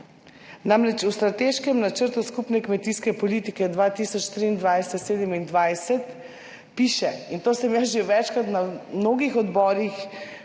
Namreč v strateškem načrtu skupne kmetijske politike 2023-2027, piše, in to sem jaz že večkrat na mnogih odborih